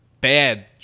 bad